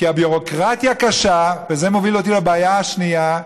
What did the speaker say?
כי הביורוקרטיה קשה, וזה מוביל אותי לבעיה השנייה: